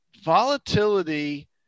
Volatility